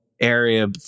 area